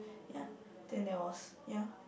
ya then there was ya